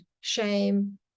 shame